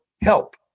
help